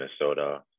Minnesota